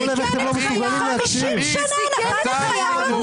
הוא רוצה לפגוע?